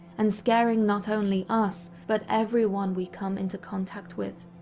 and scaring not only us, but everyone we come into contact with.